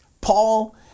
Paul